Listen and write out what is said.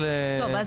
טוב,